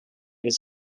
was